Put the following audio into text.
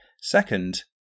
Second